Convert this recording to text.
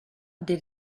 did